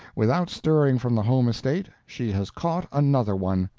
without stirring from the home estate, she has caught another one!